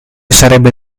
sarebbe